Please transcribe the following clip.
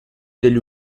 degli